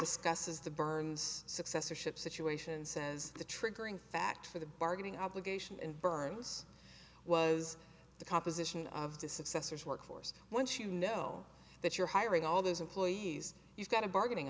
discusses the burns successorship situation says the triggering fact for the bargaining obligation and burns was the composition of the successor's workforce once you know that you're hiring all those employees you've got a bargaining